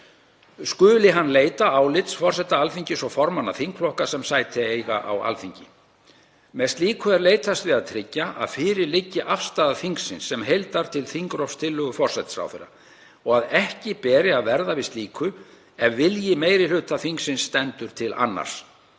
skuli hann leita álits forseta Alþingis og formanna þingflokka sem sæti eiga á Alþingi. Með slíku er leitast við að tryggja að fyrir liggi afstaða þingsins sem heildar til þingrofstillögu forsætisráðherra og að ekki beri að verða við slíku ef vilji meiri hluta þingsins stendur til annars.